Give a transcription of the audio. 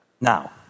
Now